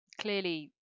Clearly